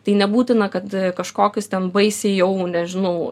tai nebūtina kad kažkokius ten baisiai jau nežinau